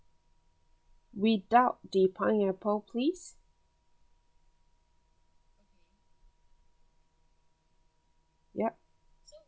without the pineapple please yup